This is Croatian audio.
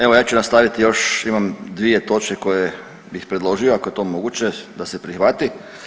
Evo ja ću nastaviti još imam 2 točke koje bih predložio, ako je to moguće da se prihvati.